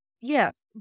Yes